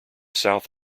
south